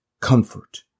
comfort